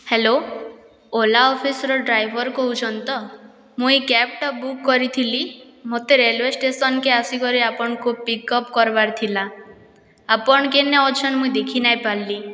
hello Ola officer driver କହୁଛନ୍ତି ତ ମୁଇଁ କ୍ୟାବ୍ଟା ବୁକ୍ କରିଥିଲି ମୋତେ ରେଲୱେ ଷ୍ଟେସନ୍କେ ଆସିକରି ଆପଣଙ୍କୁ ପିକ୍ଅପ୍ କର୍ବାର ଥିଲା ଆପଣ କେନ୍ନେ ଅଛନ୍ ମୁଇଁ ଦେଖି ନାଇଁ ପାର୍ଲି